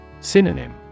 Synonym